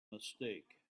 mistake